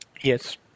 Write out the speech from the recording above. Yes